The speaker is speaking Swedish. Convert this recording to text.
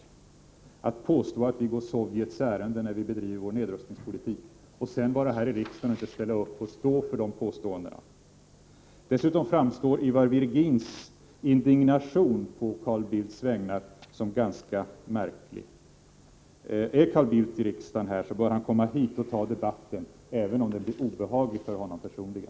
Han har påstått att vi går Sovjets ärenden när vi bedriver vår nedrustningspolitik. Då är det märkligt att man inte, om man är här i huset, kan stå för sina påståenden och delta i debatten i dag. Dessutom vill jag säga att den indignation som Ivar Virgin ger uttryck för å Carl Bildts vägnar framstår som ganska märklig. Om Carl Bildt är här i huset, bör han delta i debatten, även om den blir obehaglig för honom personligen.